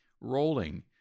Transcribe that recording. rolling